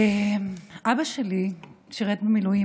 אבא שלי שירת במילואים.